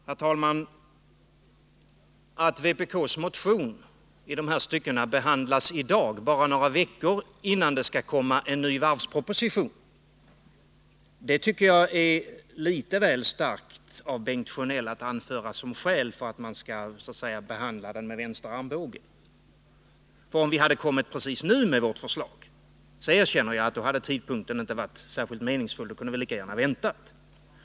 Herr talman! Att vpk:s motion i dessa stycken behandlas i dag, några veckor innan det skall komma en ny varvsproposition, tycker jag är litet väl starkt av Bengt Sjönell att anföra som skäl för att man skulle så att säga behandla den med vänster armbåge. Om vi hade lagt fram vårt förslag just nu erkänner jag att tidpunkten inte hade varit särskilt meningsfull. Då hade vi lika gärna kunnat vänta.